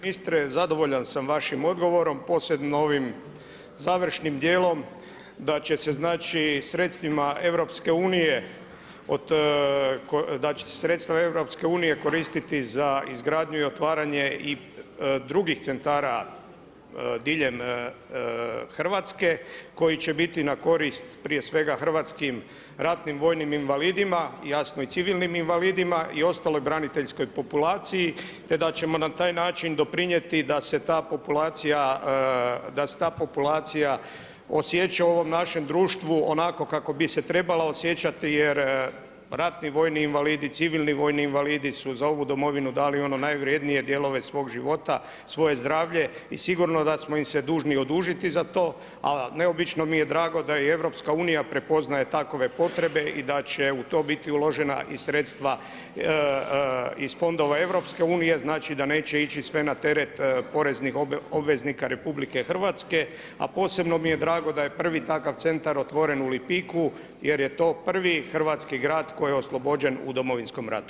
Ministre, zadovoljan sam vašim odgovorom, posebno ovim završnim dijelom da će se znači, sredstvima EU, da će se sredstva EU koristiti za izgradnju i otvaranje i drugih centara diljem RH, koji će biti na koristi, prije svega, hrvatskim RVI, jasno i civilnim invalidima i ostalom braniteljskoj populaciji, te da ćemo na taj način doprinijeti da se ta populacija osjeća u ovom našem društvu onako kako bi se trebala osjećati jer RVI, civilni vojni invalidi su za ovu domovinu dali ono najvrednije, dijelove svog života, svoje zdravlje i sigurno da smo im se dužni odužiti za to, a neobično mi je drago da i EU prepoznaje takove potrebe i da će u to biti uložena i sredstva iz fondova EU, znači da neće ići sve na teret poreznih obveznika RH, a posebno mi je drago da je prvi takav centar otvoren u Lipiku jer je to prvi hrvatski grad koji je oslobođen u Domovinskom ratu.